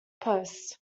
posts